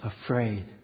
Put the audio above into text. afraid